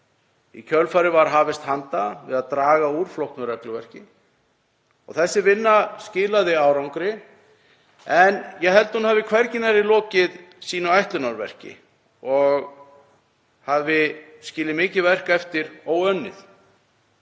Í kjölfarið var hafist handa við að draga úr flóknu regluverki. Þessi vinna skilaði árangri en ég held að hún hafi hvergi nærri lokið sínu ætlunarverki og hafi skilið mikið verk eftir óunnið.